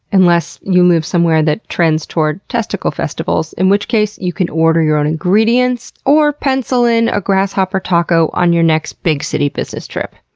unless you move somewhere that trends towards testicle festivals, in which case you can order your own ingredients, or pencil in a grasshopper taco on your next big city business trip.